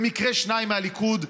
במקרה שניים מהליכוד,